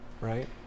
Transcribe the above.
Right